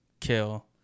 Kill